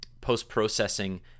post-processing